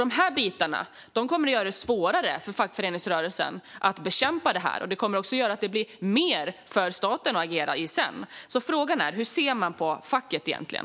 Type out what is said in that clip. De här bitarna kommer att göra att det blir svårare för fackföreningsrörelsen att bekämpa det och att staten kommer att behöva agera mer sedan. Frågan är: Hur ser man på facket egentligen?